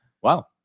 wow